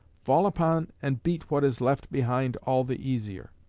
fall upon and beat what is left behind all the easier.